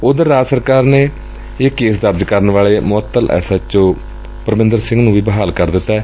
ਉਧਰ ਰਾਜ ਸਰਕਾਰ ਨੇ ਇਹ ਕੇਸ ਦਰਜ ਕਰਨ ਵਾਲੇ ਮੁਅੱਤਲ ਐਸ ਐਚ ਓ ਨੂੰ ਵੀ ਬਹਾਲ ਕਰ ਦਿੱਤੈ